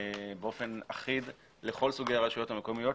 באופן אחיד לכל סוגי הרשויות המקומיות,